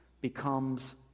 becomes